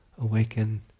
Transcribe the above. awaken